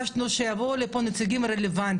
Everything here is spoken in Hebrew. מיותר לציין שהילד קרוב לעשר שנים,